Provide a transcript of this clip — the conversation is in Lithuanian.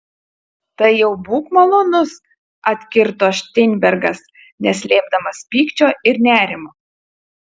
tai jau būk malonus atkirto šteinbergas neslėpdamas pykčio ir nerimo